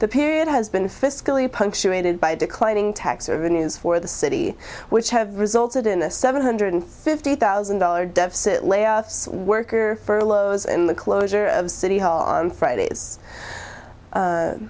the period has been fiscally punctuated by declining tax or veneers for the city which have resulted in a seven hundred fifty thousand dollars deficit layoffs worker furloughs and the closure of city hall on friday